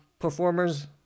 Performers